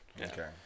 Okay